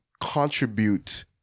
contribute